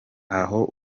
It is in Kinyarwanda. aho